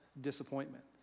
disappointment